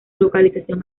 localización